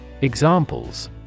Examples